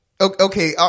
okay